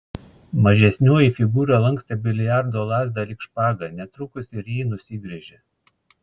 mažesnioji figūra lankstė biliardo lazdą lyg špagą netrukus ir ji nusigręžė